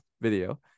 video